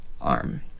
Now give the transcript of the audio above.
arm